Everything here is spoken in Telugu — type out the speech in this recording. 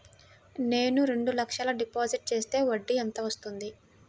నేను రెండు లక్షల డిపాజిట్ చేస్తే వడ్డీ ఎంత వస్తుంది?